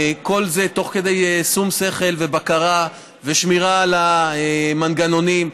כל זה בשום שכל ובקרה ושמירה על המנגנונים.